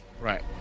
Right